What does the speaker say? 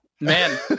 man